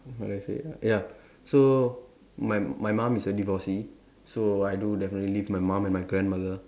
what did I say ya so my my mum is a divorcee so I do definitely live with my mum and grandmother